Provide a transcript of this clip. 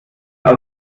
aus